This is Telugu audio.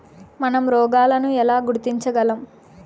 మనం రోగాలను ఎలా గుర్తించగలం?